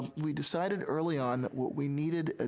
we decided early on that what we needed, ah